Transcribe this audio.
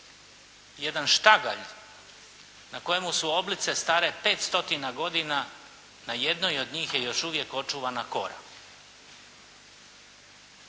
jedan štagalj na kojemu su oblice stare 500 godina. Na jednoj od njih je još uvijek očuvana kora.